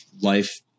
life